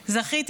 זכיתי,